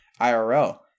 IRL